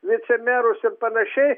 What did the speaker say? vicemerus ir panašiai